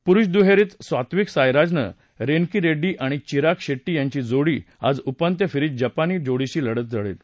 पुरुष दुहेरीत सात्विकसाईराज रेन्कीरेड्डी आणि चिराग शेट्टी यांची जोड़ी आज उपांत्य फेरीत जपानी जोड़ीशी लढत देईल